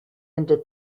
into